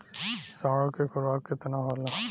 साढ़ के खुराक केतना होला?